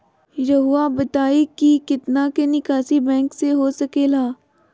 रहुआ बताइं कि कितना के निकासी बैंक से हो सके ला?